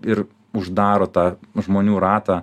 ir uždaro tą žmonių ratą